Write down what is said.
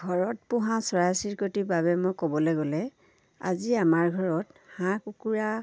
ঘৰত পোহা চৰাই চিৰিকতিৰ বাবে মই ক'বলৈ গ'লে আজি আমাৰ ঘৰত হাঁহ কুকুৰা